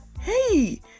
Hey